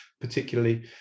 particularly